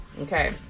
Okay